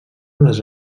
les